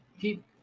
keep